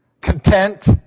content